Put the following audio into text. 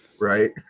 right